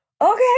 okay